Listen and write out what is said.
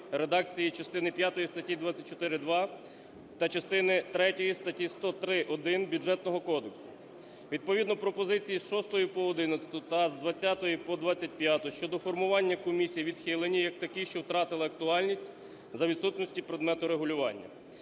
редакції частини п'ятої статті 24.2 та частини третьої статті 103.1 Бюджетного кодексу. Відповідно пропозиції з 6-ї по 11-у та з 20-ї по 25-у щодо формування комісій відхилені як такі, що втратили актуальність за відсутності предмету регулювання.